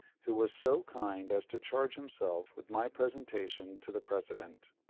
who was so kind as to charge himself with my presentation to the president.